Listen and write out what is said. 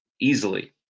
easily